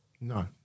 No